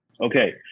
Okay